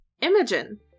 Imogen